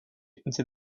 into